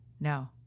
no